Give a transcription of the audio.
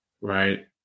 right